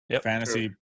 Fantasy